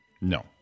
No